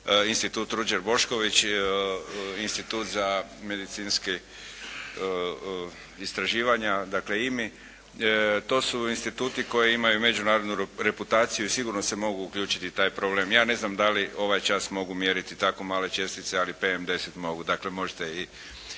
Institut "Ruđer Bošković", Institut za medicinska istraživanja, dakle IMI. To su instituti koji imaju međunarodnu reputaciju i sigurno se mogu uključiti u taj problem. Ja ne znam da li ovaj čas mogu mjeriti tako male čestice, ali PM 10 mogu. Dakle, možete i